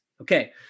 Okay